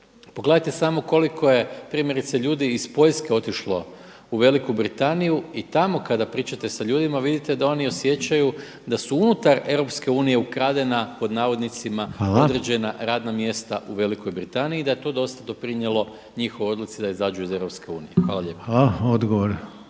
Pogledajte samo koliko je primjerice ljudi iz Poljske otišlo u Veliku Britaniju i tamo kada pričate sa ljudima vidite da oni osjećaju da su unutar EU ukradena pod navodnicima … …/Upadica Reiner: Hvala./… … određena radna mjesta u Velikoj Britaniji i da je to dosta doprinijelo njihovoj odluci da izađu iz EU. Hvala lijepo.